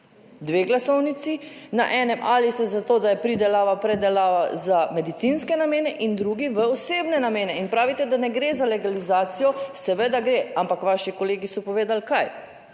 dve glasovnici na enem, ali ste za to, da je pridelava, predelava za medicinske namene in drugi v osebne namene in pravite, da ne gre za legalizacijo. Seveda gre, ampak vaši kolegi so povedali, kaj?